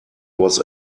was